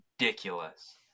ridiculous